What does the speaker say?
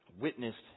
witnessed